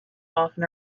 often